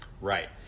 Right